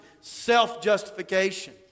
self-justification